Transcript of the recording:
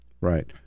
Right